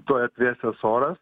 tuoj atvėsęs oras